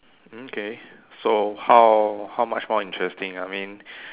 mm okay so how how much more interesting I mean